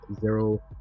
zero